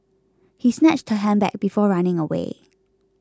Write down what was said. he snatched her handbag before running away